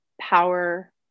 power